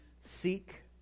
seek